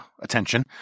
attention